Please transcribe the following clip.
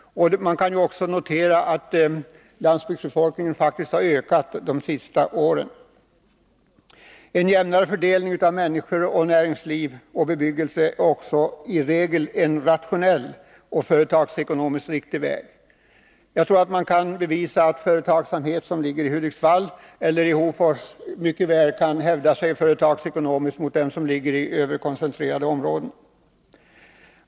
Man kan också notera att landsbygdsbefolkningen faktiskt har ökat under de senaste åren. Vidare är det i regel rationellt och företagsekonomiskt riktigt att sträva efter en jämnare fördelning när det gäller människor, näringsliv och bebyggelse. Jag tror att det går att bevisa att företagen it.ex. Hudiksvall eller Hofors företagsekonomiskt mycket väl kan hävda sig i konkurrensen med företag i överkoncentrerade områden.